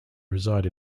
reside